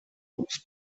was